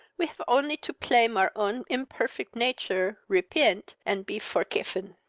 we have only to plame our own imperfect nature, repent, and be forcifen.